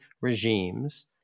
regimes